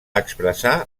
expressar